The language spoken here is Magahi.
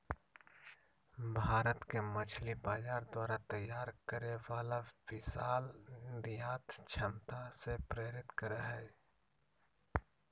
भारत के मछली बाजार द्वारा तैयार करे वाला विशाल निर्यात क्षमता से प्रेरित हइ